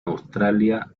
australia